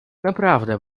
naprawdę